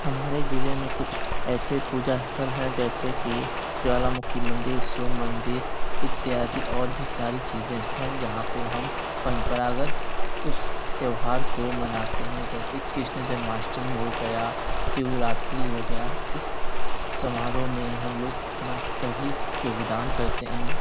हमारे जिले में कुछ ऐसे पूजा स्थल हैं जैसे की ज्वालामुखी मंदिर शिव मंदिर इत्यादि और भी सारी चीज़ें हैं जहाँ पर हम परंपरागत उस त्योहार को मनाते हैं जैसे कृष्ण जन्माष्टमी हो गया शिवरात्री हो गया इस समारोह में हम लोग अपना सभी योगदान करते हैं